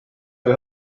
või